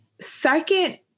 second